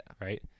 right